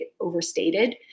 overstated